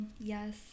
yes